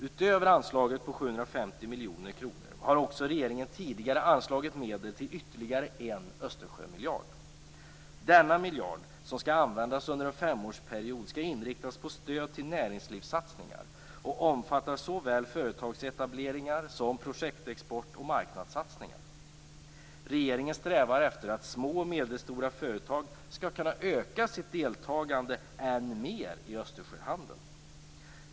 Utöver anslaget på 750 miljoner kronor har regeringen tidigare anslagit medel till ytterligare en Östersjömiljard. Denna miljard, som skall användas under en femårsperiod, skall inriktas på stöd till näringslivssatsningar och omfattar såväl företagsetableringar som projektexport och marknadssatsningar. Regeringen strävar efter att små och medelstora företag skall kunna öka sitt deltagande än mer i Östersjöhandeln.